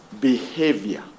behavior